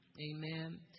Amen